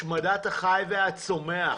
השמדת החי והצומח,